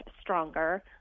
stronger